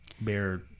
bear